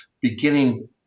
beginning